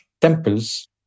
temples